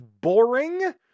boring